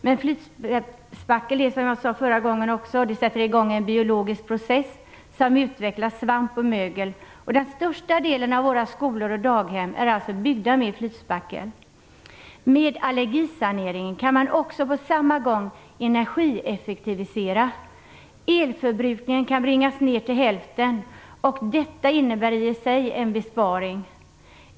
Men som jag sade förra gången sätter flytspackel i gång en biologisk process, som utvecklar svamp och mögel. Den största delen av våra skolor och daghem är byggda med flytspackel. Allergisaneringen medför också en energieffektivisering. Elförbrukningen kan bringas ner till hälften, och detta innebär i sig en besparing.